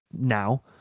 now